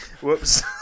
Whoops